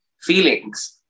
feelings